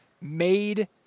made